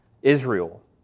Israel